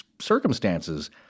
circumstances